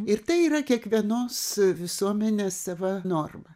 ir tai yra kiekvienos visuomenės sava norma